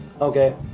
okay